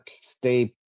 stay